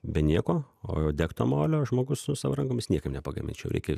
be nieko o degto molio žmogus su savo rankomis niekai nepagaminčiau reikia ir